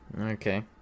okay